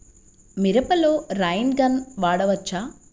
మిరపలో rain gun వాడవచ్చా?